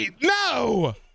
no